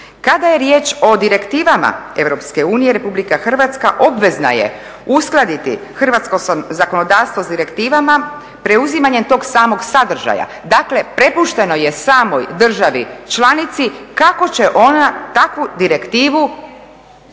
Kada je riječ o direktivama EU Republika Hrvatska obvezna je uskladiti hrvatsko zakonodavstvo sa direktivama preuzimanjem tog samog sadržaja. Dakle, prepušteno je samoj državi članici kako će ona takvu direktivu pretočiti